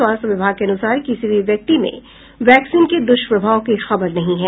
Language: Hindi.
स्वास्थ्य विभाग के अनुसार किसी भी व्यक्ति में वैक्सीन के दुष्प्रभाव की खबर नहीं है